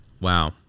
Wow